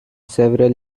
several